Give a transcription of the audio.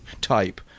type